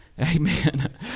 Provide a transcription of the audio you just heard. Amen